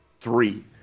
Three